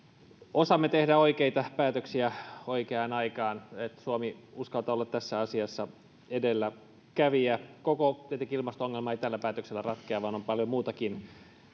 osaamme tehdä oikeita päätöksiä oikeaan aikaan että suomi uskaltaa olla tässä asiassa edelläkävijä tietenkään koko ilmasto ongelma ei tällä päätöksellä ratkea vaan on paljon muutakin